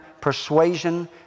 persuasion